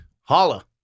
Holla